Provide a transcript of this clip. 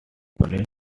played